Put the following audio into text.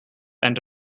and